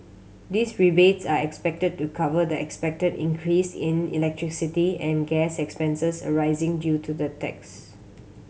these rebates are expected to cover the expected increase in electricity and gas expenses arising due to the tax